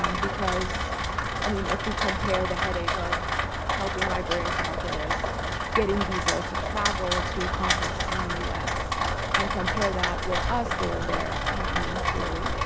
um because i mean if we compare the headache of helping librarians and archivists getting visas to travel to conferences in the us and compare that with us going there not me clearly,